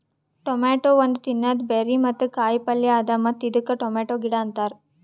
tomato ಒಂದ್ ತಿನ್ನದ berry ಮತ್ತ ಕಾಯಿ ಪಲ್ಯ ಅದಾ ಮತ್ತ ಇದಕ್ ಟೊಮೇಟೊ ಗಿಡ ಅಂತಾರ್